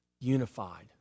unified